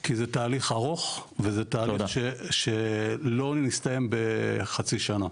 כי זה תהליך ארוך וזה תהליך שלא מסתיים בחצי שנה.